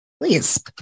Please